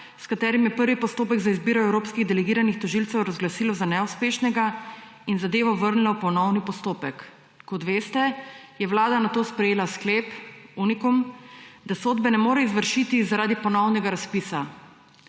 s čimer je prvi postopek za izbiro evropskih delegiranih tožilcev razglasilo za neuspešnega in zadevo vrnilo v ponovni postopek. Kot veste, je Vlada nato sprejela sklep unikum, da sodbe ne more izvršiti zaradi ponovnega razpisa.